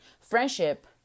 Friendship